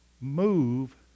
move